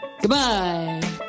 Goodbye